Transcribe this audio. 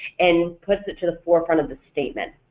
and puts it to the forefront of the statement.